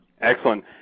Excellent